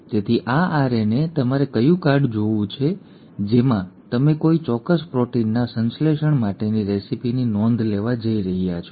તેથી આ આરએનએ તમારા ક્યુ કાર્ડ જેવું છે જેમાં તમે કોઈ ચોક્કસ પ્રોટીનના સંશ્લેષણ માટેની રેસીપીની નોંધ લેવા જઈ રહ્યા છો